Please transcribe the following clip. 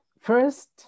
First